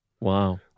Wow